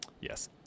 Yes